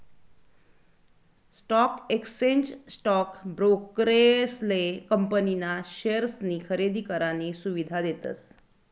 stock exchange stock ब्रोकरेसले company ना शेअर्सनी खरेदी करानी सुविधा देतस